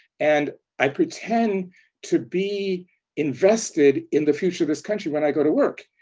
and i pretend to be invested in the future of this country when i go to work.